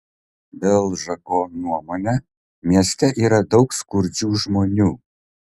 belžako nuomone mieste yra daug skurdžių žmonių